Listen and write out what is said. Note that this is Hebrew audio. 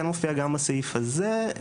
זה כן מופיע גם בסעיף הזה,